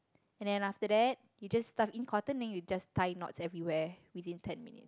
and then after that you just stuff in cotton then you just tie knots everywhere within ten minute